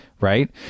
Right